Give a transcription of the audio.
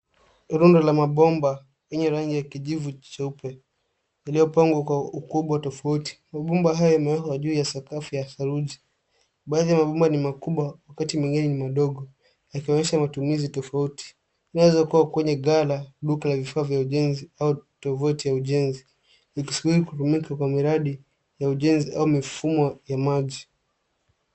Runda la mabomba yenye rangi ya kijivu cheupe iliyopangwa kwa ukubwa tofauti. Mabomba haya yamepangwa juu ya sakafu ya saruji. Baadhi ya mabomba ni makuba, wakati mwengine ni madogo yakionyesha matumizi tofauti. Inaweza kuwa kwenye ghala, duka la vifaa vya ujenzi au tovuti ya ujenzi zikisubiri kutumika kwa miradi ya ujenzi au mifumo ya maji.